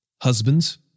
Husbands